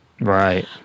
Right